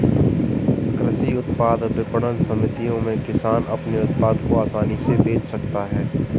कृषि उत्पाद विपणन समितियों में किसान अपने उत्पादों को आसानी से बेच सकते हैं